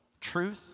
truth